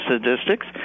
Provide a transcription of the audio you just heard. statistics